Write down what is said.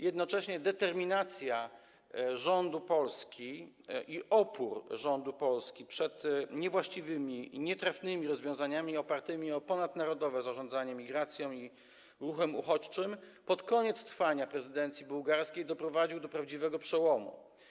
Jednocześnie determinacja rządu Polski i opór rządu Polski przed niewłaściwymi i nietrafnymi rozwiązaniami opartymi na ponadnarodowym zarządzaniu migracją i ruchem uchodźczym pod koniec trwania prezydencji bułgarskiej doprowadziły do prawdziwego przełomu.